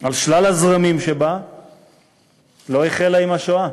על שלל הזרמים שבה לא החלה עם השואה.